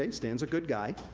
stan's a good guy,